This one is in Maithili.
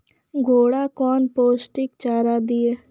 घोड़ा कौन पोस्टिक चारा दिए?